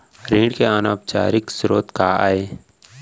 ऋण के अनौपचारिक स्रोत का आय?